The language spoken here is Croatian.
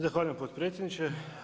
Zahvaljujem potpredsjedniče.